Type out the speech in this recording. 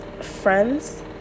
friends